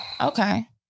Okay